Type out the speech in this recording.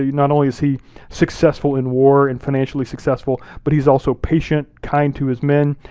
ah not only is he successful in war and financially successful, but he's also patient, kind to his men.